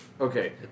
Okay